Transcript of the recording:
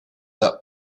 that